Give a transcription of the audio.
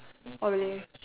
oh really